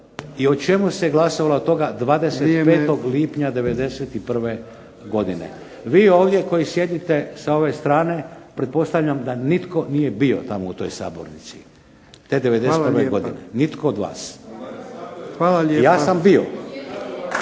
i o čemu se glasovalo toga 25. lipnja 1991. godine. Vi ovdje koji sjedite sa ove strane pretpostavljam da nitko nije bio tamo u onoj sabornici, nitko od vas, te 91. godine. Nitko od vas. Ja sam bio.